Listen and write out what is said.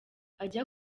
ajya